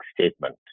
statement